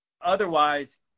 otherwise